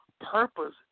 purpose